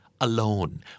alone